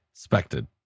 Expected